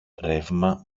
ρεύμα